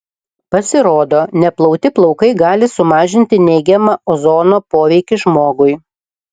pasirodo neplauti plaukai gali sumažinti neigiamą ozono poveikį žmogui